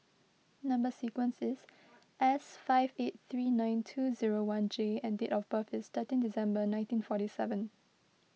Number Sequence is S five eight three nine two zero one J and date of birth is thirteen December nineteen forty seven